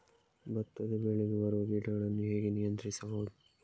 ಭತ್ತದ ಬೆಳೆಗೆ ಬರುವ ಕೀಟಗಳನ್ನು ಹೇಗೆ ನಿಯಂತ್ರಿಸಬಹುದು?